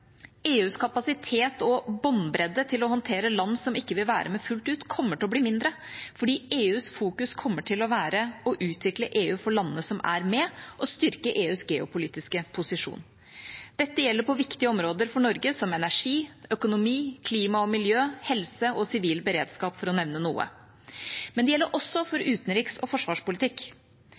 EUs kapasitet og båndbredde til å håndtere land som ikke vil være med fullt ut, kommer til å bli mindre, fordi EUs fokus kommer til å være å utvikle EU for landene som er med, og styrke EUs geopolitiske posisjon. Dette gjelder på viktige områder for Norge, som energi, økonomi, klima og miljø, helse og sivil beredskap, for å nevne noe. Men det gjelder også for utenriks- og forsvarspolitikk.